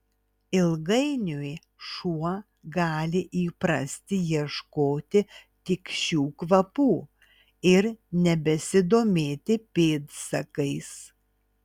ilgainiui šuo gali įprasti ieškoti tik šių kvapų ir nebesidomėti pėdsakais